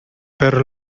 perro